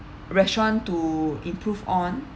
restaurant to improve on